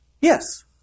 Yes